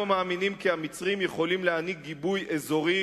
אנו מאמינים כי המצרים יכולים להעניק גיבוי אזורי